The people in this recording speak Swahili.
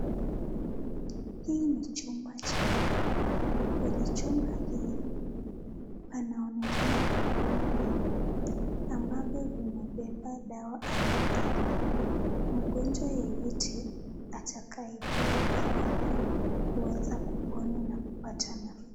Hii ni chumba cha dawa, kwenye chumba hii yanaonekana vibuyu vinne ambavyo vinabeba dawa aina aina, mgonjwa yeyote atakaye pewa dawa hii huweza kupona na kupata nafuu.